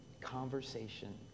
conversation